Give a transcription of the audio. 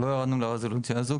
לא ירדנו לרזולוציה הזו,